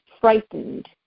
frightened